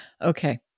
Okay